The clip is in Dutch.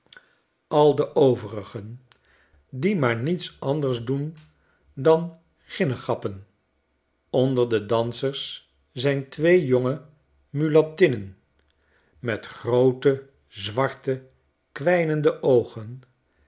uit amerika rigen die maar niets ancler doen dan ginnegappen onder de dansers zn twee jonge mulattinnen met groote zwarte kwijnende oogen